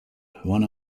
one